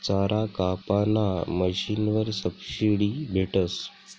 चारा कापाना मशीनवर सबशीडी भेटस